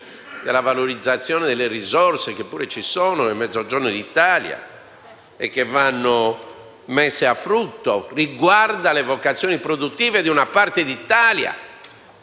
e di valorizzare le risorse (che pure ci sono nel Mezzogiorno d'Italia e che vanno messe a frutto). Essa riguarda altresì le vocazioni produttive di una parte d'Italia